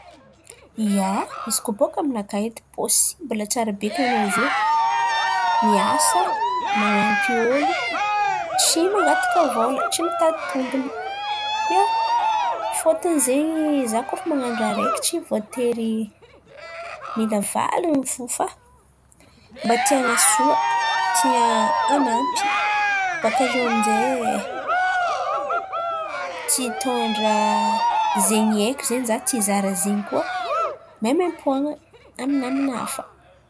Ia, izy kôa aminakà edy posibla tsara bekiny ràha zen̈y, miasa, man̈ampy olo tsy mangataka vôla, tsy mitady tombony. Ia, fôtony zen̈y izaho kôa efa man̈ano ràha araiky tsy voatery mila valiny fo fa mba tia han̈asoa, tia han̈ampy. Bàka eo amin'izay tia hitôndra zen̈y haiko zen̈y izaho, tia hizara zen̈y koà maimaim-poan̈a amin'ny naman̈a hafa.